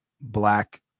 black